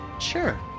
Sure